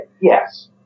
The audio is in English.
Yes